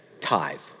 tithe